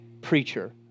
preacher